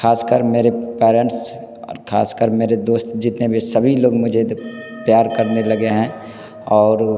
ख़ासकर मेरे पेरेंट्स और ख़ासकर मेरे दोस्त जितने भी सभी लोग मुझे प्यार करने लगे हैं और